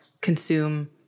consume